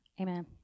amen